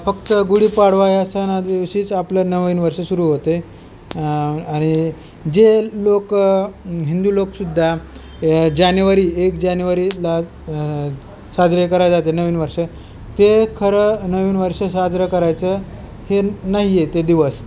फक्त गुढीपाडवा या सणादिवशीच आपलं नवीन वर्ष सुरू होते आणि जे लोक हिंदू लोकसुद्धा जानेवारी एक जानेवारीला साजरे कराय जाते नवीन वर्ष ते खरं नवीन वर्ष साजरं करायचं हे नाही आहे ते दिवस